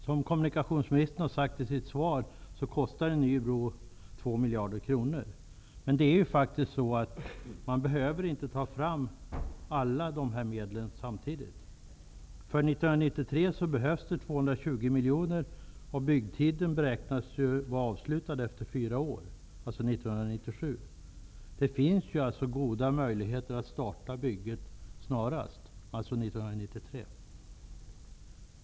Som kommunikationsministern har sagt i sitt svar kostar en ny bro 2 miljarder kronor. Man behöver dock inte ta fram hela summan på en gång. För 1993 behövs 220 miljoner, och byggtiden beräknas till fyra år, dvs. 1997. Det finns således goda möjligheter att starta bygget snarast -- 1993.